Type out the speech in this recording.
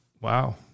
Wow